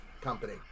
company